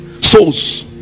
souls